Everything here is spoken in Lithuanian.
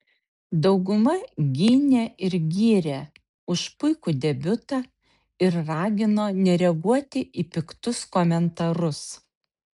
dauguma gynė ir gyrė už puikų debiutą ir ragino nereaguoti į piktus komentarus